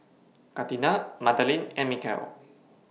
Catina Madalyn and Mikel